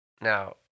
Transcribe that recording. Now